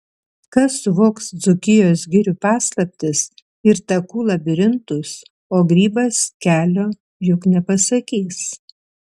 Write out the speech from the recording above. kas suvoks dzūkijos girių paslaptis ir takų labirintus o grybas kelio juk nepasakys